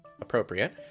appropriate